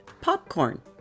popcorn